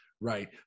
Right